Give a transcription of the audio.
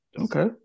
Okay